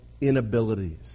inabilities